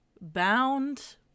Bound